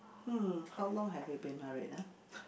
hmm how long have you been married ah